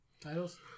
titles